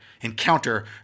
encounter